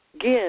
give